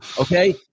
Okay